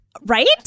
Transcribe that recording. right